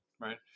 right